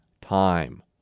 time